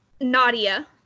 Nadia